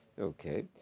Okay